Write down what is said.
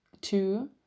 two